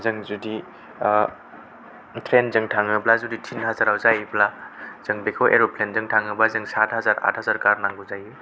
जों जुदि ट्रैन जों थाङोब्ला जुदि तिन हाजाराव जायोब्ला जों बेखौ एर'प्लेन जों थाङोबा जों सात हाजार आद हाजार गारनांगौ जायो